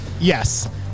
Yes